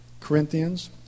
Corinthians